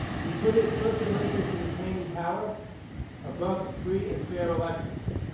he put his personal interest in retaining power above free and fair elections.